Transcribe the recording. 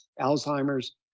Alzheimer's